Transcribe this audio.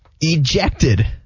Ejected